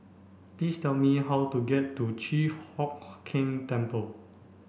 please tell me how to get to Chi Hock Keng Temple